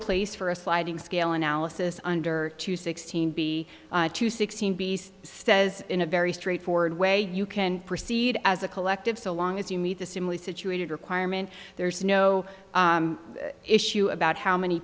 place for a sliding scale analysis under two sixteen b two sixteen b s says in a very straightforward way you can proceed as a collective so long as you meet the similarly situated requirement there's no issue about how many